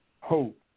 hope